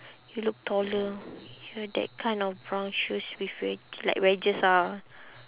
you look taller ya that kind of brown shoes with wedg~ like wedges ah